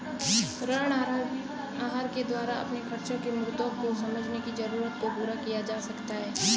ऋण आहार के द्वारा अपने खर्चो के मुद्दों को समझने की जरूरत को पूरा किया जा सकता है